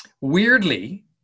weirdly